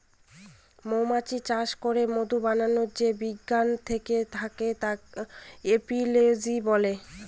মৌমাছি চাষ করে মধু বানাবার যে বিজ্ঞান থাকে তাকে এপিওলোজি বলে